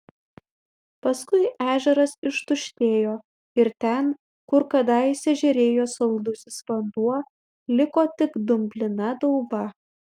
paskui ežeras ištuštėjo ir ten kur kadaise žėrėjo saldusis vanduo liko tik dumblina dauba